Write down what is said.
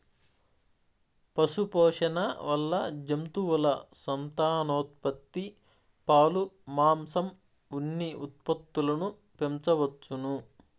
పశుపోషణ వల్ల జంతువుల సంతానోత్పత్తి, పాలు, మాంసం, ఉన్ని ఉత్పత్తులను పెంచవచ్చును